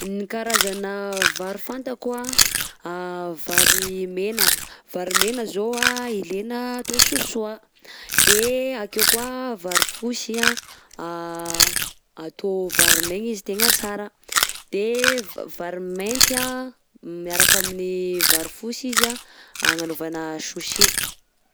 Ny karazana vary fantako anh vary mena, vary mena zao ilaina atao sosoa, de akeo koa vary fosy anh atao vary maigna izy tegna sara, de v- vary mainty ah miaraka amin'ny vary fosy izy anh agnanaovana sushi.